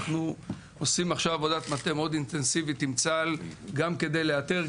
אנחנו עושים עכשיו עבודת מטה מאוד אינטנסיבית עם צה"ל גם כדי לאתר,